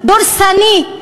דורסני,